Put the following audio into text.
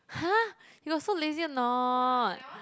!huh! you got so lazy a not